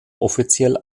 offiziell